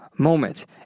moment